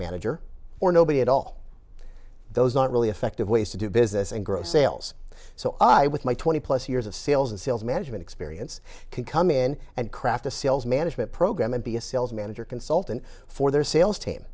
manager or nobody at all those aren't really effective ways to do business and grow sales so i with my twenty plus years of sales and sales management experience can come in and craft a sales management program and be a sales manager consultant for their sales team